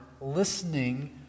listening